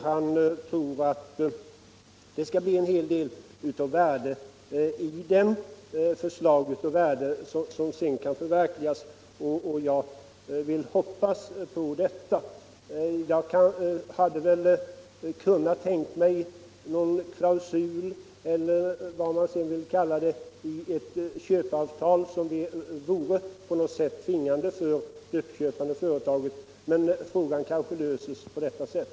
Han tror att utredningen skall komma med en hel del förslag av värde som sedan kan förverkligas. Jag vill hoppas på det. Jag kan tänka mig en klausul eller vad man vill kalla det i köpeavtalet som på något sätt vore tvingande för det uppköpande företaget. Men frågan kanske löses på detta sätt.